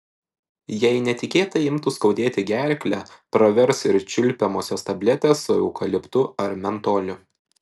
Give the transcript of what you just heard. jei netikėtai imtų skaudėti gerklę pravers ir čiulpiamosios tabletės su eukaliptu ar mentoliu